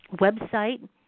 website